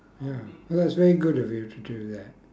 ya well it's very good of you to do that